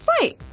Right